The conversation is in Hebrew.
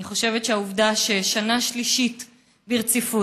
אני חושבת שהעובדה ששנה שלישית ברציפות